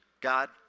God